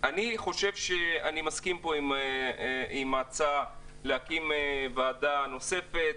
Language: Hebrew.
אני חושב שאני מסכים פה עם ההצעה להקים ועדה נוספת,